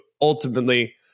ultimately